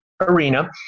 arena